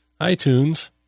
iTunes